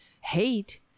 hate